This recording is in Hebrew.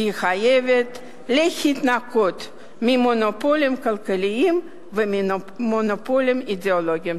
היא חייבת להתנקות ממונופולים כלכליים וממונופולים אידיאולוגיים.